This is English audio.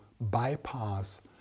bypass